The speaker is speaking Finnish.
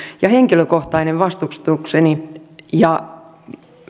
ja henkilökohtainen vastustukseni ja